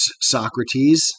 Socrates